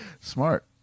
smart